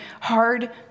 hard